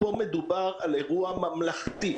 פה מדובר על אירוע ממלכתי.